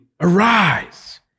arise